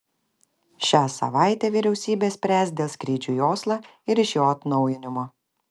šią savaitę vyriausybė spręs dėl skrydžių į oslą ir iš jo atnaujinimo